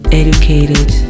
educated